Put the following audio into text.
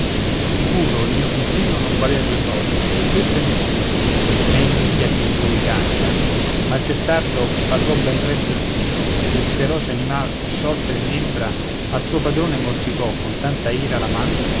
sicuro il mio frustino non valea due soldi e questo è nuovo è invidia che in voi canta ma il testardo pagò ben presto il fio che il feroce animal sciolte le membra al suo padrone morsicò con tanta ira la man